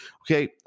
okay